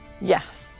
Yes